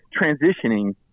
transitioning